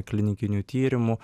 klinikinių tyrimų